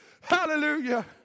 Hallelujah